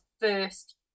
first